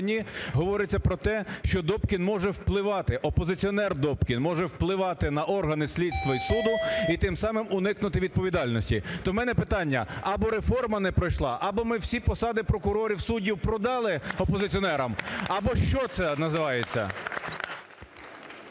або ми всі посади прокурорів, суддів продали опозиціонерам, або що це називається?